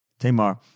Tamar